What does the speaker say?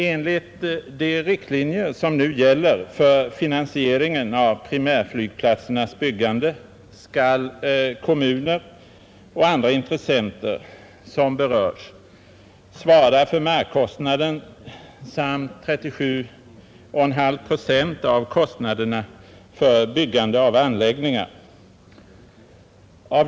Enligt de riktlinjer som nu gäller för finansieringen av primärflygplatsernas byggande skall kommuner och andra intressenter som berörs svara för markkostnaden samt 37 1/2 procent av kostnaderna för byggande av anläggningar.